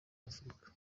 afurika